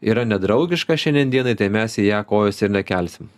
yra nedraugiška šiandien dienai tai mes į ją kojos ir nekelsim